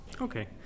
Okay